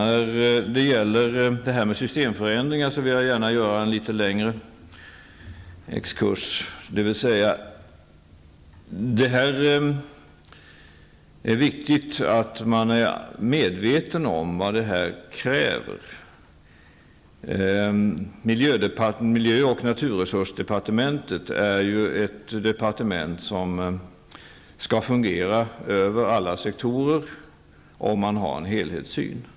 När det gäller systemförändringar vill jag göra en litet längre exkurs. Det är viktigt att man är medveten om vad det här kräver. Miljö och naturresursdepartementet är ju ett departement som skall fungera över alla sektorer där en helhetssyn krävs.